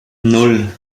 nan